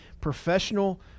professional